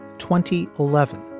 twenty eleven,